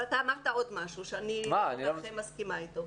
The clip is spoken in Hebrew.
אבל אתה אמרת עוד משהו שאני לא כל כך מסכימה איתו.